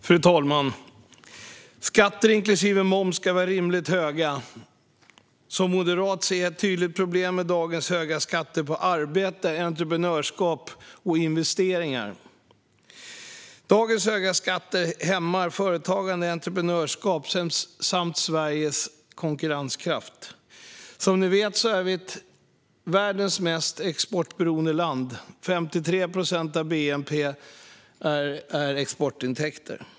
Fru talman! Skatter, inklusive moms, ska vara rimligt höga. Som moderat ser jag ett tydligt problem med dagens höga skatter på arbete, entreprenörskap och investeringar. Dagens höga skatter hämmar företagande och entreprenörskap samt Sveriges konkurrenskraft. Som ni vet är vi världens mest exportberoende land. 53 procent av bnp är exportintäkter.